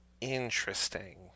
Interesting